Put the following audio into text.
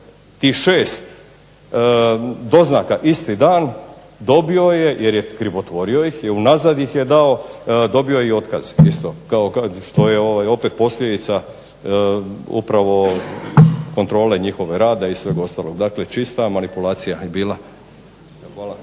tih 6 doznaka isti dan dobio je, jer je krivotvorio ih i unazad ih je dao, dobio je i otkaz isto kao što je opet posljedica upravo kontrole njihova rada i svega ostalog. Dakle, čista manipulacija je bila. Hvala.